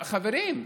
חברים,